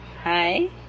Hi